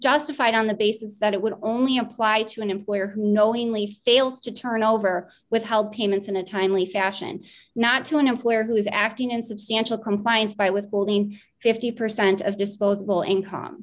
justified on the basis that it would only apply to an employer who knowingly fails to turn over withheld payments in a timely fashion not to an employer who is acting in substantial compliance by withholding fifty percent of disposable income